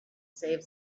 save